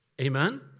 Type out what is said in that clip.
Amen